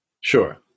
Sure